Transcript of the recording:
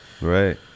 right